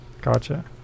Gotcha